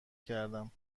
کردم